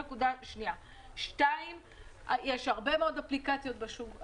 נקודה נוספת, יש הרבה מאוד אפליקציות בשוק.